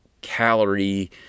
calorie